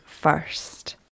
first